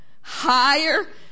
higher